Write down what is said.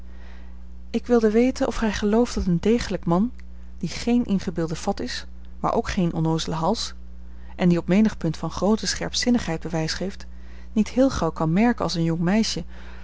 ik wilde weten of gij gelooft dat een degelijk man die geen ingebeelde fat is maar ook geen onnoozele hals en die op menig punt van groote scherpzinnigheid bewijs geeft niet heel gauw kan merken als een jong meisje